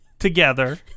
Together